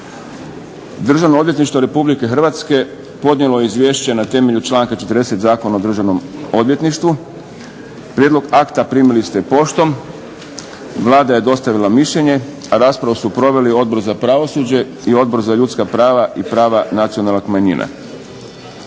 Državno odvjetništvo RH podnijelo je izvješće na temelju članka 40. Zakona o državnom odvjetništvu. Prijedlog akta primili ste poštom. Vlada je dostavila mišljenje, a raspravu su proveli Odbor za pravosuđe i Odbor za ljudska prava i prava nacionalnih manjina.